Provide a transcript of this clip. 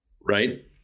Right